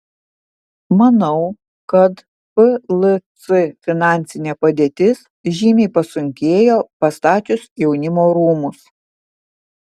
manau kad plc finansinė padėtis žymiai pasunkėjo pastačius jaunimo rūmus